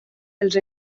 els